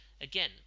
Again